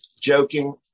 joking